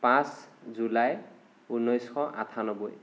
পাঁচ জুলাই ঊনৈছশ আঠান্নব্বৈ